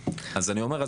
אומר,